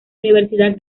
universidad